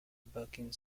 backing